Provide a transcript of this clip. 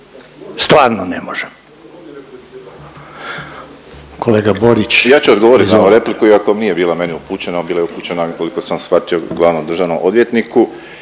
stvarno ne možemo.